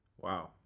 Wow